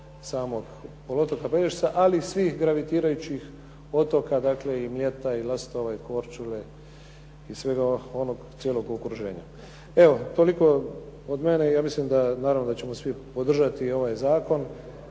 samog otoka Pelješca a i svih gravitirajućih otoka, dakle i Mljeta i Lastova i Korčule i svega onog cijelog okruženja. Evo toliko od mene i ja mislim da naravno da ćemo svi podržati ovu